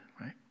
Right